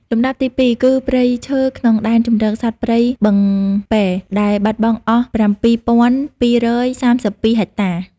លំដាប់ទី២ គឺព្រៃឈើក្នុងដែនជម្រកសត្វព្រៃបឹងពែរ ដែលបាត់បង់អស់៧២៣២ហិកតា។